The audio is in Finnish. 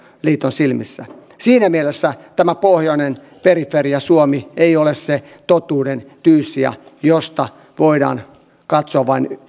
silmissä siinä mielessä tämä pohjoinen periferia suomi ei ole se totuuden tyyssija josta voidaan katsoa vain